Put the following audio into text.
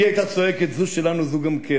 היא היתה צועקת "זו שלנו, זו גם כן".